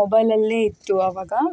ಮೊಬೈಲಲ್ಲೆ ಇತ್ತು ಆವಾಗ